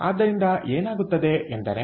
ಆದ್ದರಿಂದ ಏನಾಗುತ್ತದೆ ಎಂದರೆ